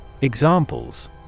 Examples